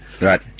Right